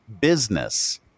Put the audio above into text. business